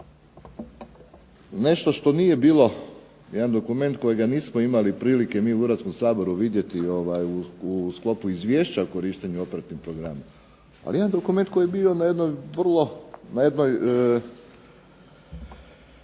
nešto što nije bilo, jedan dokument kojega nismo imali prilike mi u Hrvatskom saboru vidjeti u sklopu izvješća korištenja operativnih programa, ali jedan dokument koji je bio na jednoj